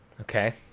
Okay